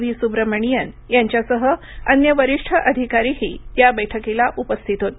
V Subramanian यांच्यासह अन्य वरिष्ठ अधिकारीही या बैठकीला उपस्थित होते